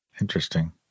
Interesting